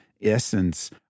essence